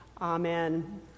Amen